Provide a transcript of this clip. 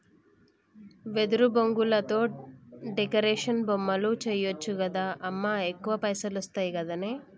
వెదురు బొంగులతో డెకరేషన్ బొమ్మలు చేయచ్చు గదా అమ్మా ఎక్కువ పైసలొస్తయి గదనే